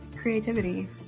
creativity